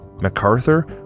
MacArthur